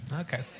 Okay